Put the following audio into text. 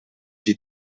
die